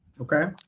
Okay